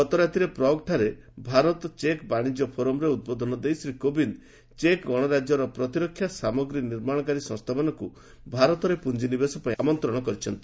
ଗତରାତିରେ ପ୍ରଗ୍ଠାରେ ଭାରତ ଚେକ୍ ବାଣିଜ୍ୟ ଫୋରମ୍ରେ ଉଦ୍ବୋଧନ ଦେଇ ଶ୍ରୀ କୋବିନ୍ଦ୍ ଚେକ୍ ଗଣରାଜ୍ୟର ପ୍ରତିରକ୍ଷା ସାମଗ୍ରୀ ନିର୍ମାଣକାରୀ ସଂସ୍ଥାମାନଙ୍କୁ ଭାରତରେ ପୁଞ୍ଜିନିବେଶପାଇଁ ଆମନ୍ତ୍ରଣ କରିଛନ୍ତି